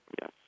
Yes